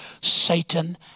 Satan